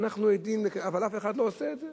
ואנחנו עדים, אבל אף אחד לא עושה את זה.